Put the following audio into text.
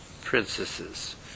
princesses